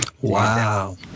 Wow